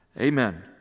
Amen